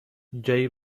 جایی